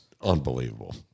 unbelievable